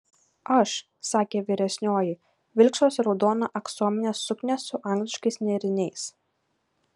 aš sakė vyresnioji vilksiuosi raudoną aksominę suknią su angliškais nėriniais